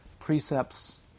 Precepts